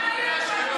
אחלה קואליציה.